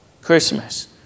Christmas